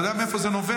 אתה יודע מאיפה זה נובע?